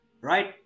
right